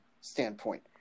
standpoint